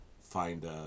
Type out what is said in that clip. find